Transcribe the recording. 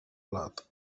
blat